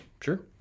Sure